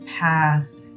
path